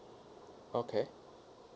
okay